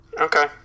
Okay